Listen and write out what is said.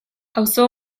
auzo